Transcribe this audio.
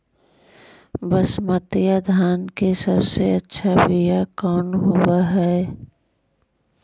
बसमतिया धान के सबसे अच्छा बीया कौन हौब हैं?